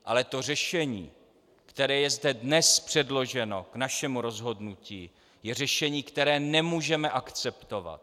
Ale to řešení, které je zde dnes předloženo k našemu rozhodnutí, je řešení, které nemůžeme akceptovat.